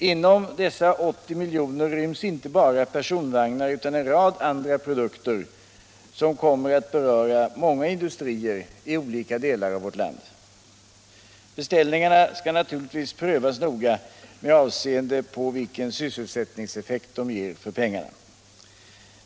Inom dessa 80 miljoner ryms inte bara personvagnar utan en rad produkter som kommer att beröra industrier i många delar av vårt land. Beställningarna skall naturligtvis prövas noga med avseende på vilken sysselsättningseffekt de ger för pengarna.